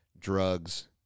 drugs